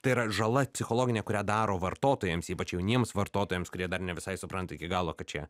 tai yra žala psichologinė kurią daro vartotojams ypač jauniems vartotojams kurie dar ne visai supranta iki galo kad čia